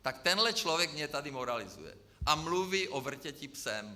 Tak tenhle člověk mě tady moralizuje a mluví o vrtěti psem.